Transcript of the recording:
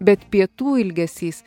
bet pietų ilgesys